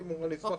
אני אשמח,